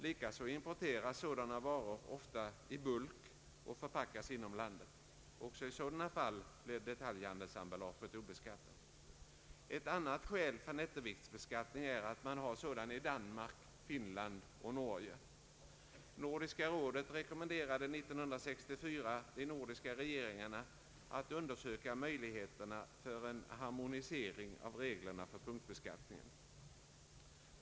Likaså importeras sådana varor ofta i bulk och förpackas inom landet. Också i sådana fall blir detaljhandelsemballaget obeskattat. Ett annat skäl för nettoviktsbeskattning är att man har sådan i Danmark, Finland och Norge. Nordiska rådet rekommenderade 1964 de nordiska regeringarna att undersöka möjligheterna för en harmonisering av reglerna för punktbeskattningen.